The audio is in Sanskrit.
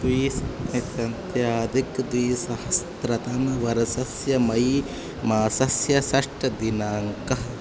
द्वि अधिकं द्विसहस्त्रतमवर्षस्य मै मासस्य षष्टदिनाङ्कः